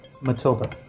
Matilda